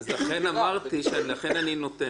לכן אני נותן לך,